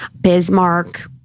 Bismarck